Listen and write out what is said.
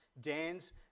dan's